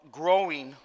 growing